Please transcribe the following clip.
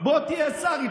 בוא תהיה שר.